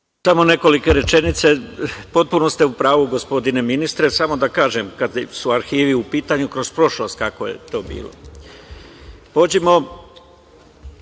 Samo nekoliko rečenica. Potpuno ste u pravu gospodine ministre, samo da kažem, kada su arhivi u pitanju kroz prošlost kako je to